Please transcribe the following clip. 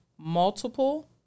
multiple